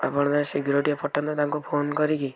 ଆପଣ ତାଙ୍କୁ ଶୀଘ୍ର ଟିକେ ପଠାନ୍ତୁ ତାଙ୍କୁ ଫୋନ୍ କରିକି